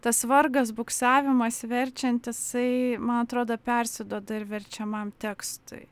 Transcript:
tas vargas buksavimas verčiant jisai man atrodo persiduoda ir verčiamam tekstui